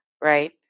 right